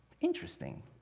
Interesting